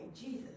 Jesus